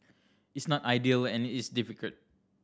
it's not ideal and it's difficult